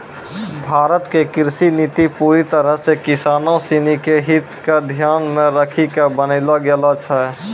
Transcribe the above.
भारत के कृषि नीति पूरी तरह सॅ किसानों सिनि के हित क ध्यान मॅ रखी क बनैलो गेलो छै